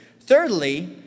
Thirdly